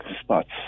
spots